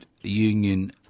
Union